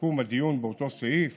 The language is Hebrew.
שבסיכום הדיון באותו סעיף